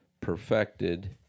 perfected